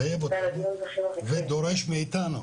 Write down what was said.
מחייב אותנו ודורש מאתנו